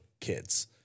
kids